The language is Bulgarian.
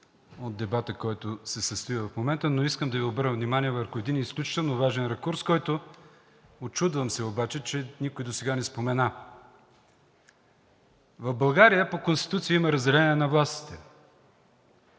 от дебата, който се състои в момента, но искам да Ви обърна внимание върху един изключително важен ракурс, който учудвам се обаче, че никой досега не спомена. В България по Конституция има разделение на властите.